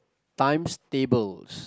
times tables